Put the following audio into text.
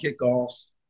kickoffs